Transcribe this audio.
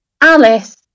Alice